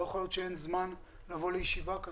לא יכול להיות שאין זמן לבוא לישיבה כזו.